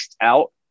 out